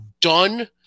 done